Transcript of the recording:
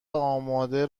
آماده